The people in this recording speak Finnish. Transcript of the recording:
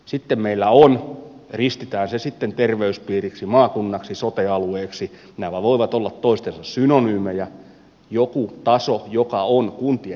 sitten meillä on ristitään se sitten terveyspiiriksi maakunnaksi sote alueeksi nä mä voivat olla toistensa synonyymejä joku taso joka on kuntien yläpuolella